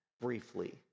briefly